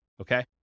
okay